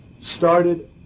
started